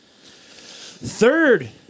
third